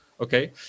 Okay